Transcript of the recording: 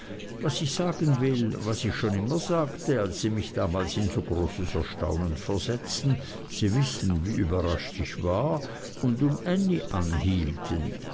was ich sagen will ist was ich immer schon sagte als sie mich damals in so großes erstaunen versetzten sie wissen wie überrascht ich war und um ännie anhielten